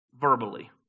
verbally